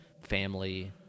family